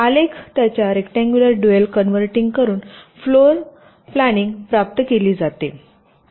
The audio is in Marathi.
आलेख त्याच्या रेक्टांगुलर ड्युअल कन्व्हर्टिग करून फ्लोर योजना प्राप्त केली जाते